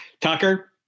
Tucker